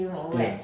ya